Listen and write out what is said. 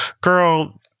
girl